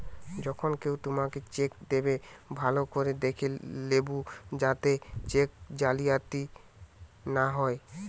যখন কেও তোমাকে চেক দেবে, ভালো করে দেখে লেবু যাতে চেক জালিয়াতি না হয়